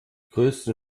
größten